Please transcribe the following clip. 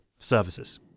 services